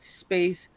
space